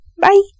Bye